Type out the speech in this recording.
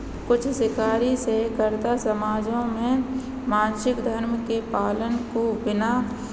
कुछ शिकारी सहकर्ता समाजों में मासिक धर्म के पालन को बिना